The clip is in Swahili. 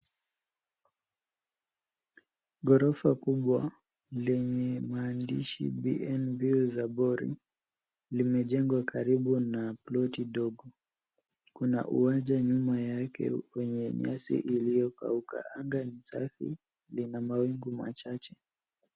Ghorofa kubwa lenye maandishi, biye birorabora, limejengwa karibu na ploti ndogo. Kuna uwanja nyuma yake wenye nyasi iliyokauka. Anga ni safi, lina mawingu machache.